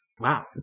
Wow